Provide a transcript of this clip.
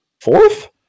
fourth